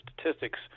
statistics